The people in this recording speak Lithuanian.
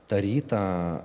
tą rytą